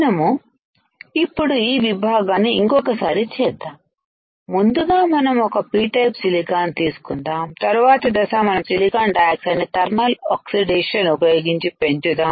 మనం ఇప్పుడు ఈ విభాగాన్ని ఇంకొకసారి చేద్దాం ముందుగా మనము ఒక P టైపు సిలికాన్ తీసుకుందాం తరువాత దశ మనం సిలికాన్ డయాక్సైడ్ ని ధర్మల్ ఆక్సిడేషన్ ఉపయోగించి పెంచుదాం